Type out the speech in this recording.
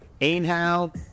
Inhale